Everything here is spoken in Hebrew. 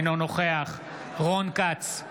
אינו נוכח רון כץ,